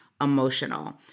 emotional